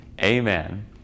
Amen